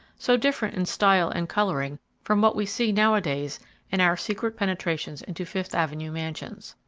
so different in style and coloring from what we see now-a-days in our secret penetrations into fifth avenue mansions.